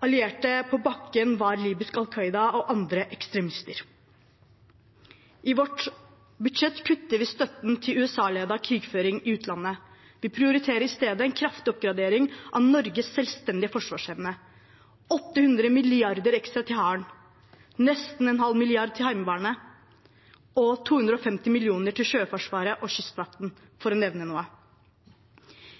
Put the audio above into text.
allierte på bakken var libyske Al Qaida og andre ekstremister. I vårt budsjett kutter vi støtten til USA-ledet krigføring i utlandet. Vi prioriterer i stedet en kraftig oppgradering av Norges selvstendige forsvarsevne, med 800 mrd. kr ekstra til Hæren, nesten en halv milliard til Heimevernet og 250 mill. kr til Sjøforsvaret og Kystvakten, for å nevne noe.